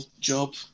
job